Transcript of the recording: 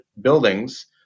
buildings